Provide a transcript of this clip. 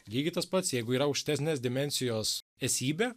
lygiai tas pats jeigu yra aukštesnės dimensijos esybė